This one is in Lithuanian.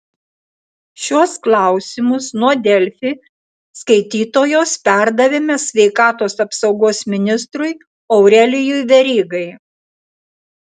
šiuos klausimus nuo delfi skaitytojos perdavėme sveikatos apsaugos ministrui aurelijui verygai